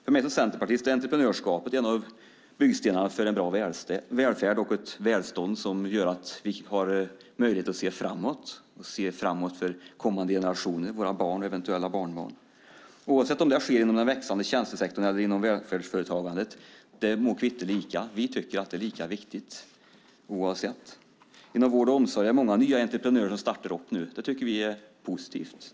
För mig som centerpartist är entreprenörskapet en av byggstenarna för en bra välfärd och ett välstånd som gör att vi kan se framåt för kommande generationer - våra barn och eventuella barnbarn. Om det sker inom den växande tjänstesektorn eller inom välfärdsföretagandet må kvitta lika. Vi tycker att det är lika viktigt. Många entreprenörer startar nytt inom vård och omsorg. Det är positivt.